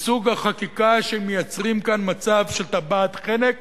מסוג החקיקה שמייצרת כאן מצב של טבעת חנק